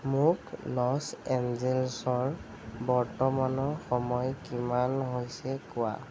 মোক লছ এঞ্জেলছৰ বৰ্তমানৰ সময় কিমান হৈছে কোৱা